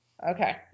Okay